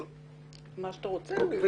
כפי שהוזכר, אני בא